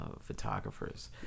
photographers